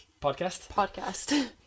podcast